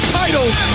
titles